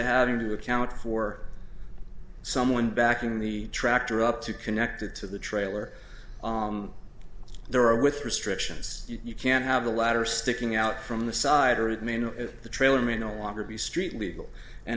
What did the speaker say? having to account for someone back in the tractor up to connected to the trailer there are with restrictions you can have the ladder sticking out from the side or it may know the trailer may no longer be street legal and